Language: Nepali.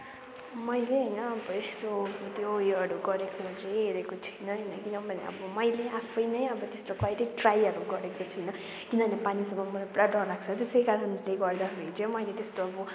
मैले होइन अब यस्तो उयोहरू गरेको चाहिँ हेरेको छुइनँ किनभने अब मैले आफै नै अब त्यस्तो कहिले ट्राईहरू गरेको छैन किनभने पानीसँग मलाई पुरा डर लाग्छ त्यसै कारणले गर्दाखेरि चाहिँ मैले त्यस्तो अब